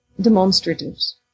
demonstratives